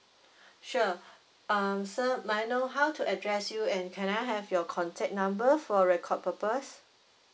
sure um sir may I know how to address you and can I have your contact number for record purpose